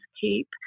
keep